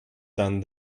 done